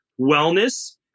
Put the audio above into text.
wellness